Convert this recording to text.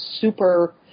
super